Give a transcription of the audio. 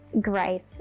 grace